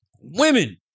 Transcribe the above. Women